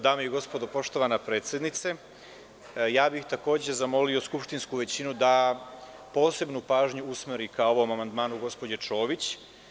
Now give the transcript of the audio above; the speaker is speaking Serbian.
Dame i gospodo, poštovana predsednice, takođe bih zamolio skupštinsku većinu da posebnu pažnju usmeri ka ovom amandmanu gospođe Čomić.